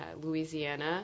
Louisiana